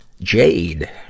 Jade